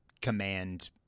command